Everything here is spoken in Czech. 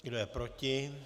Kdo je proti?